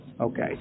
Okay